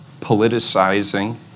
politicizing